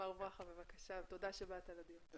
מר ברכה, בבקשה, תודה שבאת לדיון.